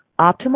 Optimal